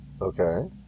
Okay